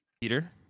peter